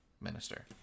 minister